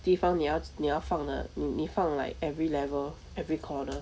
地方你要你要放的你放 like every level every corner